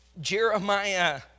Jeremiah